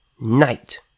night